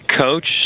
coach